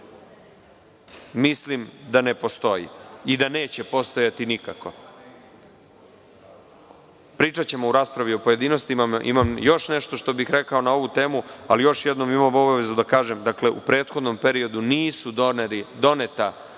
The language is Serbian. mislim da ne postoji i da neće postojati nikako. Pričaćemo u raspravi o pojedinostima. Imam još nešto što bih rekao na ovu temu, ali još jednom imam obavezu da kažem – u prethodnom periodu nisu doneta